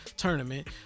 tournament